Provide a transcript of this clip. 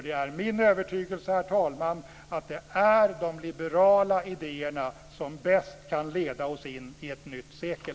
Det är min övertygelse, herr talman, att det är de liberala idéerna som bäst kan leda oss in i ett nytt sekel.